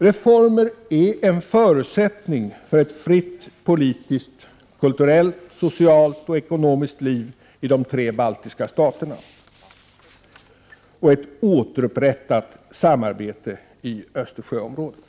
Reformer är en förutsättning för ett fritt, politiskt, kulturellt, socialt och ekonomiskt liv i de tre baltiska staterna och för ett återupprättat samarbete i Östersjöområdet.